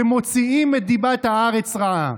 שמוציאים את דיבת ארץ רעה.